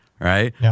right